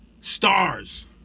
stars